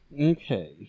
Okay